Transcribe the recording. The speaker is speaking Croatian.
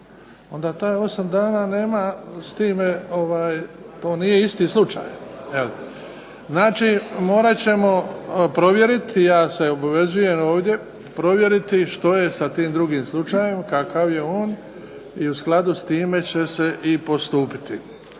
onda taj osam dana nema s time, to nije isti slučaj. Je li? Znači morat ćemo provjeriti, ja se obvezujem ovdje, provjeriti što je sa tim drugim slučajem, kakav je on i u skladu s time će se i postupiti.